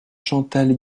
chantal